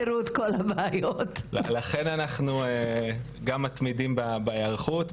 שלפנייה, לכן אנחנו גם מתמידים בהיערכות.